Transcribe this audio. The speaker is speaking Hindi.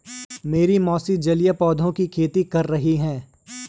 मेरी मौसी जलीय पौधों की खेती कर रही हैं